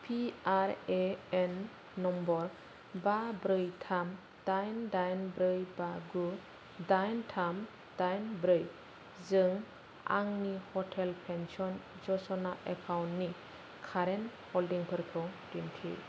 P R A N number बा ब्रै थाम दाइन दाइन ब्रै बा गु दाइन थाम दाइन ब्रै जों आंनि अटल पेन्सन यजना एकाउन्टनि कारेन्ट हल्डिंफोरखौ दिन्थि